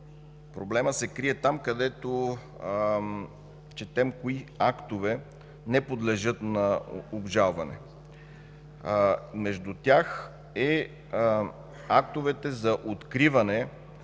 проблемът се крие там, където четем кои актове не подлежат на обжалване. Между тях са актовете за откриване